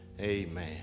Amen